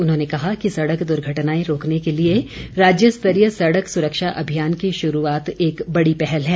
उन्होंने कहा कि सड़क दुर्घटनाएं रोकने के लिए राज्यस्तरीय सड़क सुरक्षा अभियान की शुरूआत एक बड़ी पहल है